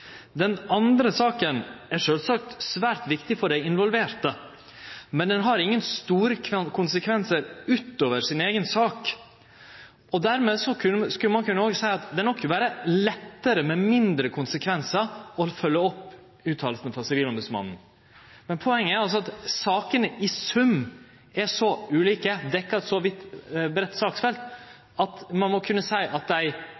Den andre saka er sjølvsagt svært viktig for dei involverte. Men ho har ingen store konsekvensar utover si eiga sak. Dermed skulle ein kunne seie at det nok vil vere lettare, med mindre konsekvensar, å følgje opp utsegnene frå Sivilombodsmannen. Men poenget er at sakene i sum er så ulike og dekkjer eit så breitt saksfelt, at